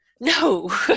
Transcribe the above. No